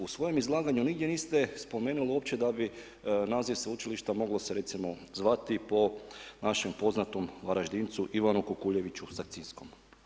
U svojem izlaganju nigdje niste spomenuli uopće da bi naziv sveučilišta moglo se recimo zvati po našem poznatom Varaždincu Ivanu Kukuljeviću Sakcinskom.